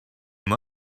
him